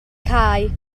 cae